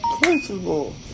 Principle